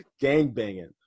Gangbanging